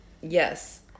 Yes